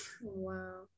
wow